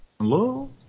Hello